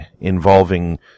involving